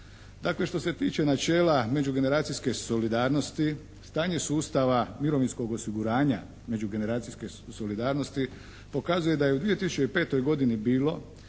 Dakle što se tiče načela međugeneracijske solidarnosti stanje sustava mirovinskog osiguranja međugeneracijske solidarnosti pokazuje da je u 2005. godini bilo